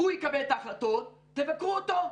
הוא יקבל את ההחלטות, תבקרו אותו.